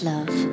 Love